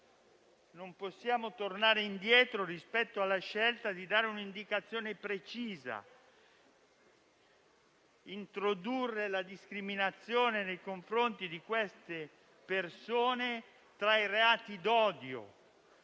non possiamo tornare indietro rispetto alla scelta di dare un'indicazione precisa: introdurre la discriminazione nei confronti di queste persone tra i reati d'odio